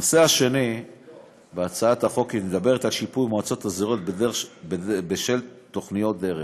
הנושא השני בהצעת החוק מדבר על שיפוי מועצות אזוריות בשל תוכניות דרך.